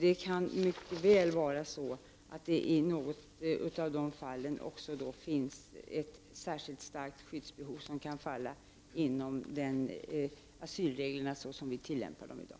Det kan mycket väl i några av fallen finnas ett särskilt starkt skyddsbehov som kan falla inom asylreglerna som vi tillämpar dem i dag.